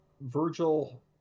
Virgil